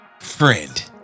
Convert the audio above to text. friend